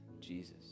Jesus